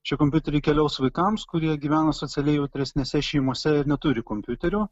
šie kompiuteriai keliaus vaikams kurie gyvena socialiai jautresnėse šeimose ir neturi kompiuterio